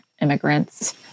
immigrants